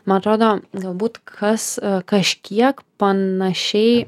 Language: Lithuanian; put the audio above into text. man atrodo galbūt kas kažkiek panašiai